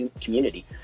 community